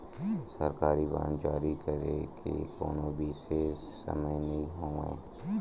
सरकारी बांड जारी करे के कोनो बिसेस समय नइ होवय